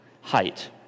height